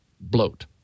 bloat